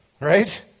Right